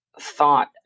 thought